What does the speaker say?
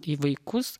į vaikus